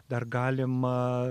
dar galima